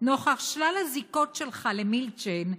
"נוכח שלל הזיקות שלך למילצ'ן,